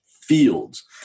fields